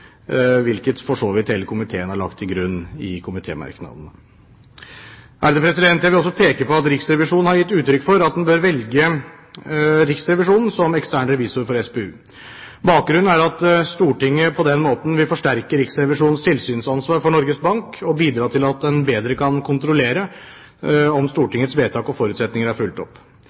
hvilket for så vidt hele komiteen har lagt til grunn i komitémerknadene. Jeg vil også peke på at Riksrevisjonen har gitt uttrykk for at en bør velge Riksrevisjonen som ekstern revisor for SPU. Bakgrunnen er at Stortinget på den måten vil forsterke Riksrevisjonens tilsynsansvar overfor Norges Bank, og bidra til at en bedre kan kontrollere om Stortingets vedtak og forutsetninger er fulgt opp.